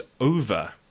over